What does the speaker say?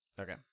okay